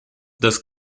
das